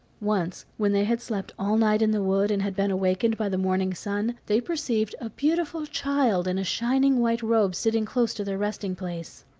once, when they had slept all night in the wood and had been wakened by the morning sun, they perceived a beautiful child in a shining white robe sitting close to their resting-place.